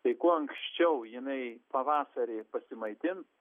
tai kuo anksčiau jinai pavasarį pasimaitins